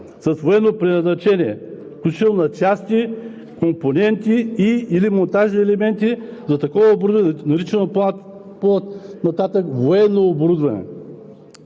с военно предназначение, включително на части, компоненти и/или монтажни елементи за такова оборудване, наричано по-нататък „военно оборудване“;